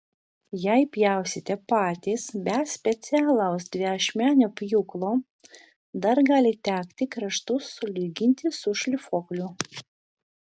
jei pjausite patys be specialaus dviašmenio pjūklo dar gali tekti kraštus sulyginti su šlifuokliu